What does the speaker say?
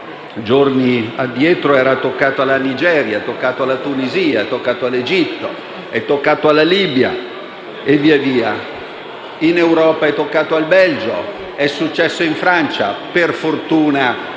giorni addietro è toccato alla Nigeria, alla Tunisia, all'Egitto, alla Libia e via dicendo. In Europa è toccato al Belgio e alla Francia. Per fortuna